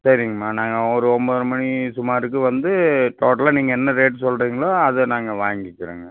சரிங்ம்மா நாங்கள் ஒரு ஒம்பது மணி சுமாருக்கு வந்து டோட்டலாக நீங்கள் என்ன ரேட் சொல்கிறீங்களோ அதை நாங்கள் வாங்கிக்கிறோங்க